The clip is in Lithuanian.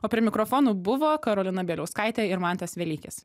o prie mikrofonų buvo karolina bieliauskaitė ir mantas velykis